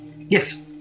Yes